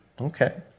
Okay